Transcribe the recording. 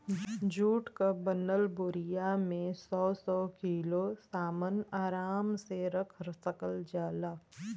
जुट क बनल बोरिया में सौ सौ किलो सामन आराम से रख सकल जाला